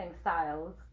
styles